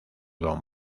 don